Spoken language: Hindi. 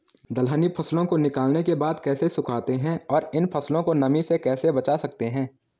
दलहनी फसलों को निकालने के बाद कैसे सुखाते हैं और इन फसलों को नमी से कैसे बचा सकते हैं?